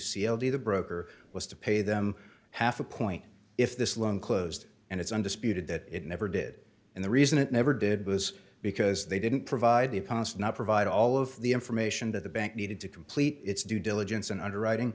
c l d the broker was to pay them half a point if this loan closed and it's undisputed that it never did and the reason it never did was because they didn't provide the opponents not provide all of the information that the bank needed to complete its due diligence and underwriting